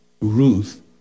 Ruth